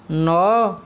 ନଅ